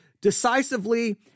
decisively